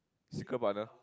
secret partner